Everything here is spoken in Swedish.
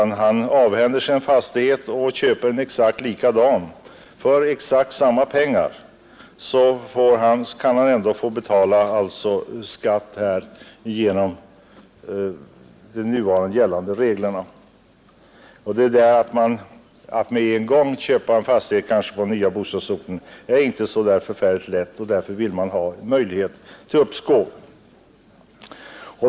Man avhänder sig en fastighet och köper en likadan för exakt samma pengar, men man kan ändå få betala skatt enligt nu gällande regler. Att med en gång köpa en fastighet på den nya bostadsorten är inte alltid så lätt, och därför vill vi ge möjlighet till uppskov.